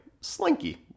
Slinky